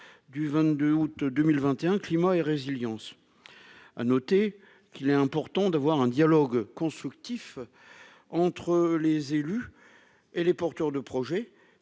du 22 août 2021, dite Climat et résilience. Notons qu'il est important d'avoir un dialogue constructif entre les élus et les porteurs de projets,